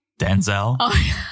Denzel